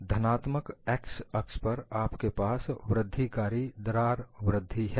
धनात्मक x अक्ष पर आपके पास वृद्धिकारी दरार वृद्धि है